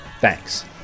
Thanks